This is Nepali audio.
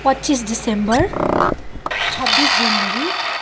पच्चिस दिसम्बर छब्बिस जनवरी